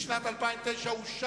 לשנת 2009, נתקבל.